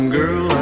girl